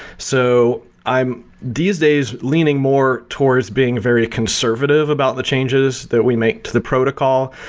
so i'm these days leaning more towards being very conservative about the changes that we make to the protocol,